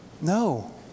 No